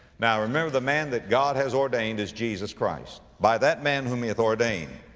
now, remember the man that god has ordained is jesus christ. by that man whom he hath ordained.